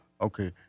Okay